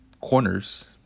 corners